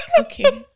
Okay